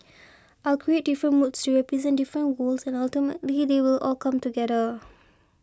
I'll create different moods to represent different worlds and ultimately they will all come together